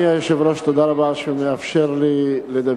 אדוני היושב-ראש, תודה רבה על שאתה מאפשר לי לדבר.